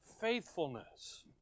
faithfulness